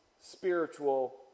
spiritual